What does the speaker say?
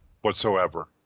whatsoever